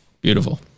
beautiful